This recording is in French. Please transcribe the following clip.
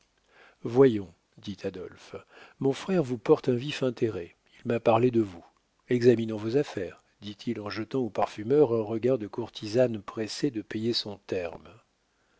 voyons dit adolphe mon frère vous porte un vif intérêt il m'a parlé de vous examinons vos affaires dit-il en jetant au parfumeur un regard de courtisane pressée de payer son terme